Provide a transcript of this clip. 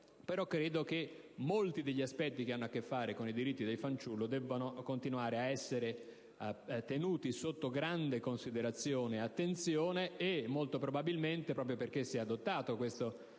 però credo che molti degli aspetti che hanno a che fare con i diritti del fanciullo debbano continuare ad essere tenuti sotto grande considerazione ed attenzione. E molto probabilmente, proprio perché si è adottata la decisione